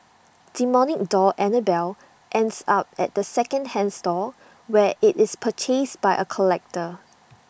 demonic doll Annabelle ends up at the second hand store where IT is purchased by A collector